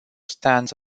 stands